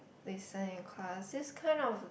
listen in class this kind of